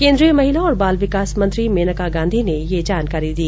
केंद्रीय महिला और बाल विकास मंत्री मेनका गांधी ने ये जानकारी दी